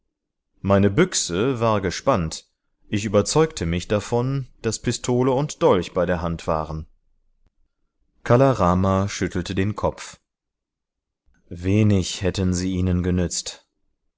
meine büchse war gespannt ich überzeugte mich davon daß pistole und dolch bei der hand waren kala rama schüttelte den kopf wenig hätten sie ihnen genützt